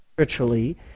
spiritually